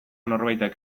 norbaitek